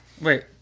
Wait